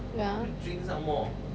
ya